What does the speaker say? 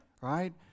right